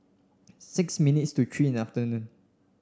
six minutes to three in the afternoon